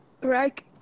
Right